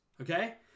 okay